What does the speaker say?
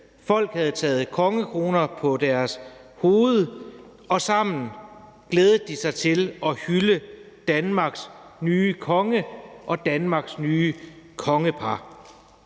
Folk havde taget kongekrone på deres hoved og sammen glædede de sig til at hylde Danmarks nye konge og Danmarks nye kongepar.